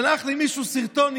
שלח לי מישהו סרטון.